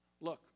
look